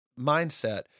mindset